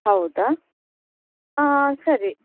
ಹೌದಾ ಸರಿ